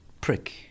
prick